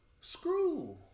Screw